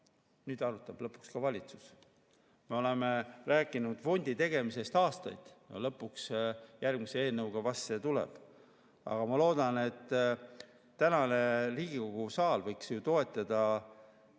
Nüüd arutab lõpuks ka valitsus. Me oleme rääkinud fondi tegemisest aastaid, lõpuks järgmise eelnõuga vast see tuleb. Ma loodan, et tänane Riigikogu saal toetab